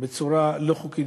בצורה לא חוקית,